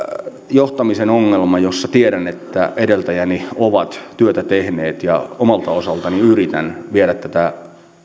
johtamisen ongelma jossa tiedän että edeltäjäni ovat työtä tehneet ja omalta osaltani yritän viedä tätä